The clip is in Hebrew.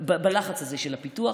בלחץ הזה של הפיתוח.